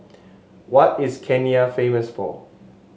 what is Kenya famous for